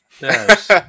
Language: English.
yes